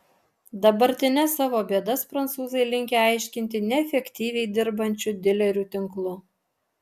dabartines savo bėdas prancūzai linkę aiškinti neefektyviai dirbančiu dilerių tinklu